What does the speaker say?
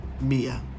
Mia